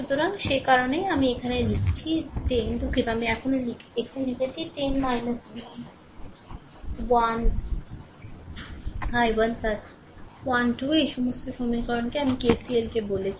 সুতরাং সে কারণেই আমি এখানে লিখছি 10 দুঃখিত আমি এখানে লিখছি 10 V 1 i1 12 এই সমস্ত সমীকরণ আমি যে KCLকে বলেছি